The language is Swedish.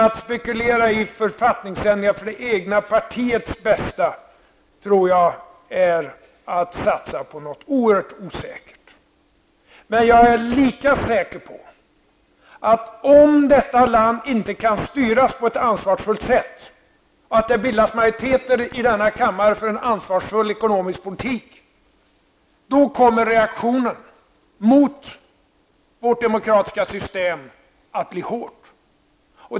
Att spekulera i författningsändringar för det egna partiets bästa, tror jag är att satsa på något oerhört osäkert. Men jag är lika säker på att om detta land inte kan styras på ett ansvarsfullt sätt och om det inte kan bildas majoriteter i denna kammare för en ansvarsfull ekonomisk politik, då kommer reaktionen mot vårt demokratiska system att bli hård.